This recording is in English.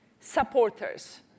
Supporters